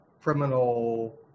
criminal